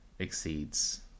exceeds